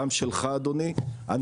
גם שלך אדוני.